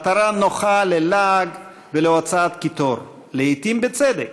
מטרה נוחה ללעג ולהוצאת קיטור, לעתים בצדק,